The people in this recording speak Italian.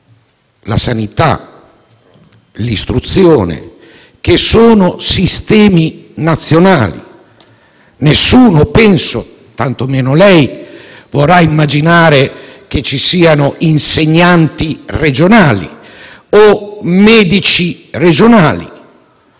la sanità e l'istruzione, che sono sistemi nazionali, e penso che nessuno, tanto meno lei, vorrà immaginare che ci siano insegnanti regionali o medici regionali.